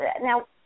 Now